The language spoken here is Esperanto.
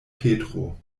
petro